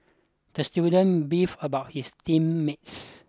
the student beefed about his team mates